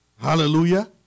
Hallelujah